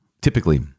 Typically